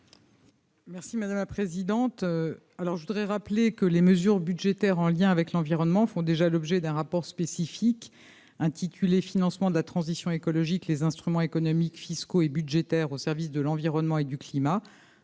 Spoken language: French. Merci madame la présidente, alors je voudrais rappeler que les mesures budgétaires en lien avec l'environnement font déjà l'objet d'un rapport spécifique intitulée Financement de la transition écologique les instruments économiques, fiscaux et budgétaires au service de l'environnement et du climat